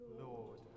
lord